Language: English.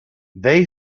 they